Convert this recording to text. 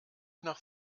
nach